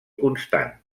constant